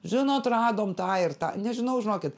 žinot radom tą ir tą nežinau žinokit